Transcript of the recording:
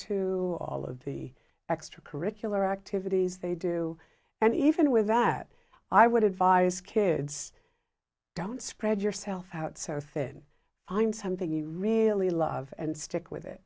to all of the extracurricular activities they do and even with that i would advise kids don't spread yourself out so if it finds something you really love and stick with it